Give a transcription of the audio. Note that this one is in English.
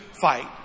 fight